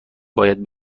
باید